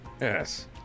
Yes